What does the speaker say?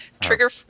Trigger